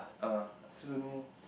err I also don't know